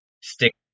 stick